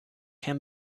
can